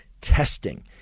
testing